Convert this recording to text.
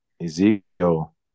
Ezekiel